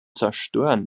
zerstören